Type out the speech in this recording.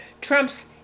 Trump's